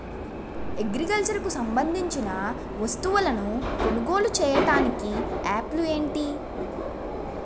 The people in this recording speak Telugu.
అగ్రికల్చర్ కు సంబందించిన వస్తువులను కొనుగోలు చేయటానికి యాప్లు ఏంటి?